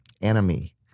enemy